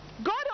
God